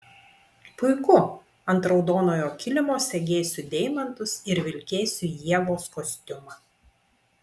puiku ant raudonojo kilimo segėsiu deimantus ir vilkėsiu ievos kostiumą